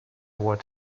what